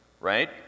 right